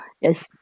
Yes